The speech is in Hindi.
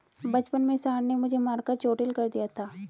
बचपन में सांड ने मुझे मारकर चोटील कर दिया था